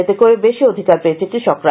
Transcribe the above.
এতে করে বেশি অধিকার পেয়েছে কৃষকরা